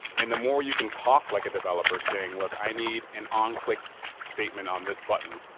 and the more you can talk like a developer saying look, i need an on-click statement on this button.